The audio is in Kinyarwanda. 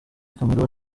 cameroun